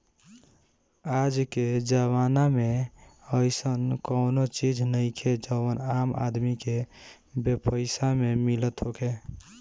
आजके जमाना में अइसन कवनो चीज नइखे जवन आम आदमी के बेपैसा में मिलत होखे